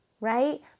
right